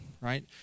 right